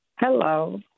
Hello